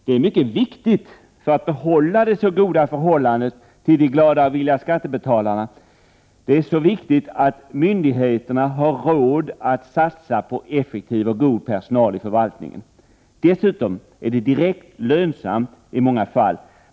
Det är mycket viktigt för att behålla det så goda förhållandet till de glada skattebetalarna att myndigheterna har råd att satsa på effektiv personal i förvaltningen. Dessutom är det direkt lönsamt i många fall.